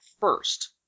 first